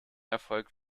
erfolg